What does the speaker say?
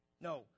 no